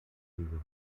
given